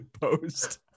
post